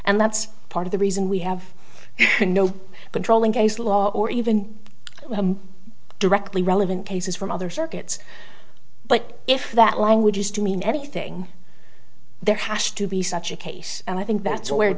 and that's part of the reason we have no controlling case law or even directly relevant cases from other circuits but if that language is to mean anything there has to be such a case and i think that's where